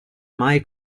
mai